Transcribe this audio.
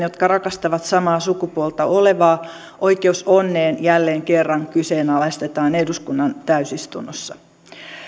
jotka rakastavat samaa sukupuolta olevaa oikeus onneen jälleen kerran kyseenalaistetaan eduskunnan täysistunnossa